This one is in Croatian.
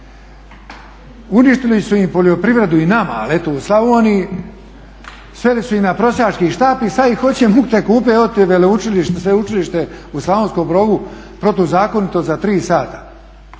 Uništili su im poljoprivredu i nama ali eto u Slavoniji, sveli su ih na prosjački štap i sada ih hoće mukte kupiti evo ti sveučilište u Slavonskom Brodu protuzakonito za tri sata.